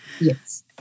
Yes